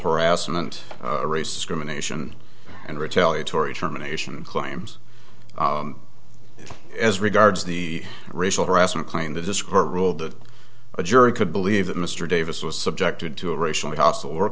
harassment race discrimination and retaliatory determination claims as regards the racial harassment claim that this court ruled that a jury could believe that mr davis was subjected to a racially hostile work